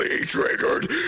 triggered